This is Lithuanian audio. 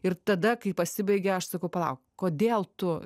ir tada kai pasibaigia aš sakau palauk kodėl tu